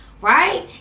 right